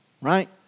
right